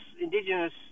indigenous